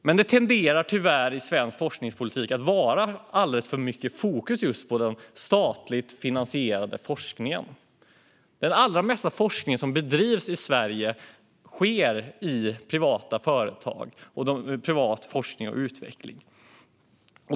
Men det tenderar tyvärr i svensk forskningspolitik att vara alldeles för mycket fokus just på den statligt finansierade forskningen. Den allra mesta forskning som bedrivs i Sverige sker i privata företag och i privat forskning och utveckling.